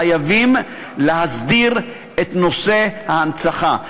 חייבים להסדיר את נושא ההנצחה.